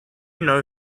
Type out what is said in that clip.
know